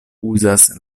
uzas